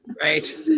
Right